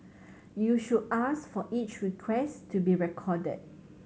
you should ask for each request to be recorded